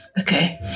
Okay